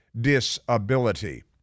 disability